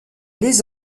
les